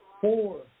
Four